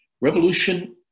Revolution